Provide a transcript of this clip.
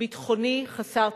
ביטחוני חסר תקדים.